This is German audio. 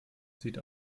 sieht